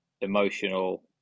emotional